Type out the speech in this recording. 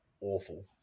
awful